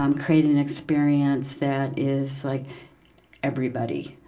um create an experience that is like everybody.